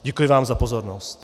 Děkuji vám za pozornost.